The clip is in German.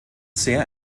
sehr